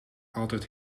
altijd